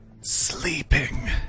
sleeping